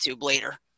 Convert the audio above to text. later